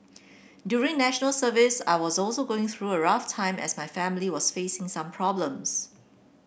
during National Service I was also going through a rough time as my family was facing some problems